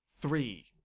three